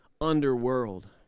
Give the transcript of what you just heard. underworld